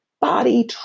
body